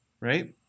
Right